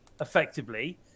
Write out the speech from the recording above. effectively